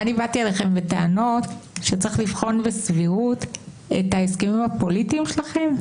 אני באתי אליכם בטענות שצריך לבחון בסבירות את ההסכמים הפוליטיים שלכם?